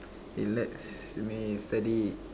it lets me study